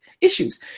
issues